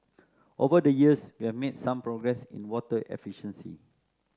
over the years we have made some progress in water efficiency